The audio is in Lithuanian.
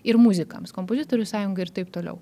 ir muzikams kompozitorių sąjungai ir taip toliau